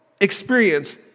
experience